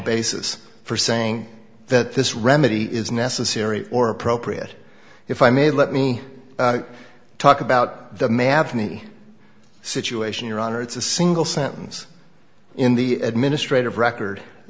basis for saying that this remedy is necessary or appropriate if i may let me talk about the math for me situation your honor it's a single sentence in the administrative record